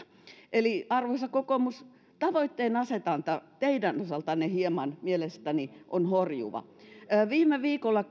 eli arvoisa kokoomus tavoitteenasetanta teidän osaltanne on mielestäni hieman horjuva viime viikolla